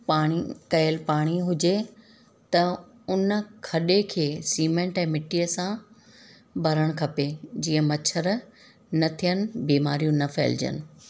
पाणी कयल पाणी हुजे त उन खॾे खे सीमेंट ऐं मिटीअ सां भरणु खपे जीअं मछर न थियनि बीमारियूं न फैलिजनि